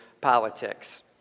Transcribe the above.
politics